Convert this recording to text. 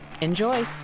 Enjoy